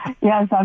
Yes